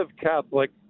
Catholic